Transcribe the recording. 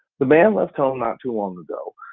the man left home not too long ago,